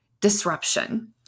disruption